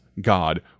God